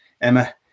emma